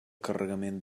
carregament